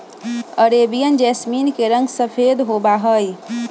Arabian jasmine के रंग सफेद होबा हई